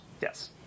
Yes